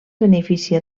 beneficia